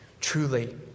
truly